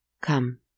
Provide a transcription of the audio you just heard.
Come